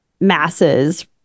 masses